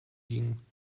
gingen